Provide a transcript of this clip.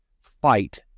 fight